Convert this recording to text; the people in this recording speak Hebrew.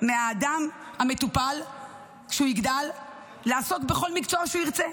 מהאדם המטופל כשהוא יגדל לעסוק בכל מקצוע שהוא ירצה.